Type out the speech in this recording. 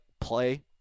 play